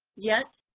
yes.